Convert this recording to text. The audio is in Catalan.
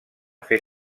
fer